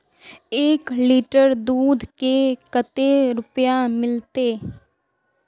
एक लीटर दूध के कते रुपया मिलते?